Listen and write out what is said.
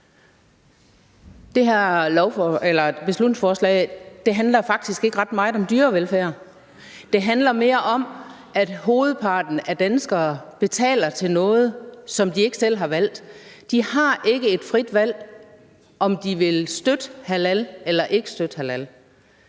Det her beslutningsforslag handler faktisk ikke ret meget om dyrevelfærd. Det handler mere om, at hovedparten af danskere betaler til noget, som de ikke selv har valgt. De har ikke et frit valg mellem, om de vil støtte halal eller ikke støtte halal.